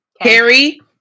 Harry